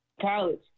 college